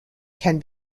can